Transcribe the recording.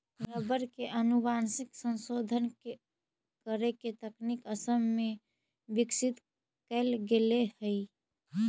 rubber के आनुवंशिक संशोधन करे के तकनीक असम में विकसित कैल गेले हई